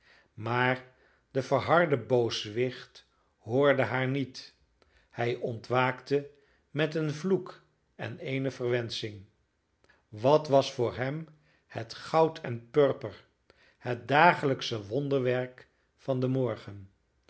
maar de verharde booswicht hoorde haar niet hij ontwaakte met een vloek en eene verwensching wat was voor hem het goud en purper het dagelijksche wonderwerk van den morgen